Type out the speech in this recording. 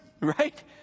right